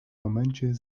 momencie